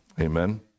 Amen